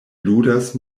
ludas